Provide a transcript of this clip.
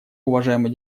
уважаемый